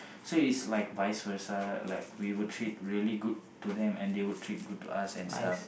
so it's like vice versa like we will treat really good to them and they will treat good to us and stuff